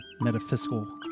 Metaphysical